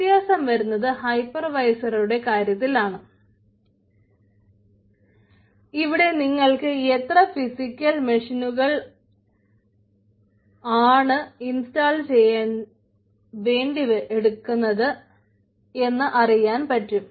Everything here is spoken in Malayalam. വ്യത്യാസം വരുന്നത് ഹൈപ്പർവൈസറുകളുടെ ചെയ്യാൻ വേണ്ടി എടുത്തിരിക്കുന്നത് എന്ന് അറിയാൻ പറ്റും